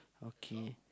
okay